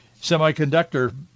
semiconductor